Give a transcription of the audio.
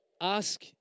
Ask